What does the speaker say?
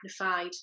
magnified